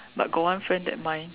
but got one friend that mind